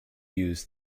used